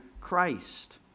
Christ